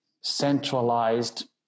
centralized